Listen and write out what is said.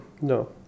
no